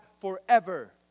forever